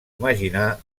imaginar